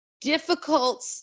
Difficult